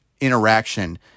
interaction